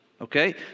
okay